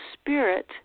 spirit